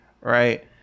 right